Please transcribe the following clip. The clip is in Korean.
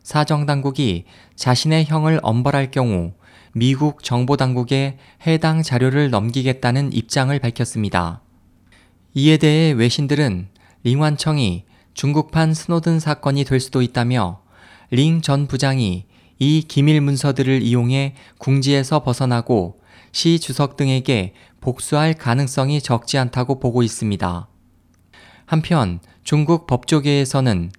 사정당국이 자신의 형을 엄벌할 경우 미국 정보당국에 해당 자료를 넘기겠다는 입장을 밝혔습니다. 이에 대해 외신들은 링완청이 중국판 스노든 사건이 될 수도 있다며 링 전 부장이 이 기밀문서들을 이용해 궁지에서 벗어나고 시 주석 등에게 복수할 가능성이 적지 않다고 보고 있습니다. 한편 중국 법조계에서는